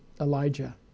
Elijah